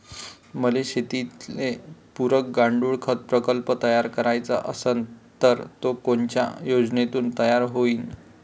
मले शेतीले पुरक गांडूळखत प्रकल्प तयार करायचा असन तर तो कोनच्या योजनेतून तयार होईन?